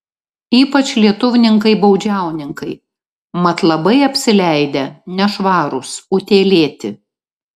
ypač lietuvninkai baudžiauninkai mat labai apsileidę nešvarūs utėlėti